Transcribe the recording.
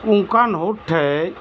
ᱚᱱᱠᱟᱱ ᱦᱚᱲ ᱴᱷᱮᱡ